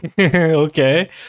okay